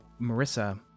Marissa